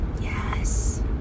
Yes